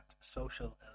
social